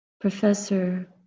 professor